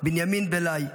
בנימין בלאי,